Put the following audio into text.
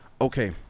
Okay